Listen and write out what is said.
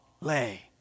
lay